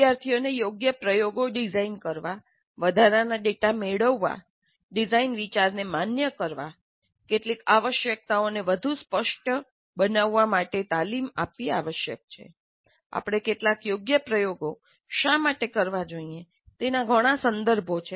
વિદ્યાર્થીઓને યોગ્ય પ્રયોગો ડિઝાઇન કરવા વધારાના ડેટા મેળવવા ડિઝાઇન વિચારને માન્ય કરવા કેટલીક આવશ્યકતાઓને વધુ સ્પષ્ટ બનાવવા માટે તાલીમ આપવી આવશ્યક છે આપણે કેટલાક યોગ્ય પ્રયોગો શા માટે કરવા જોઈએ તેનાં ઘણા સંદર્ભો છે